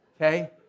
Okay